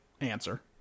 answer